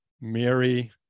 Mary